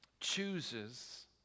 chooses